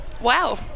Wow